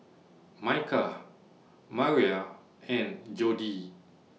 Micah Maria and Jodie